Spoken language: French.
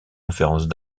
leçons